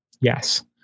yes